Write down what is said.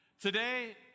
Today